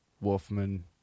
Wolfman